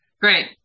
Great